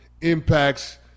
impacts